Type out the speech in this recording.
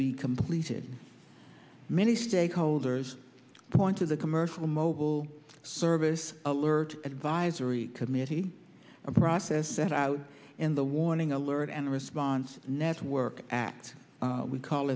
be completed many stakeholders point to the commercial mobile service alert advisory committee process set out in the warning alert and response network act we call